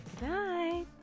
Bye